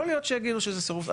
יכול להיות שיגידו שזה סירוב סביר.